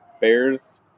Bears